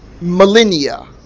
Millennia